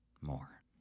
more